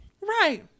Right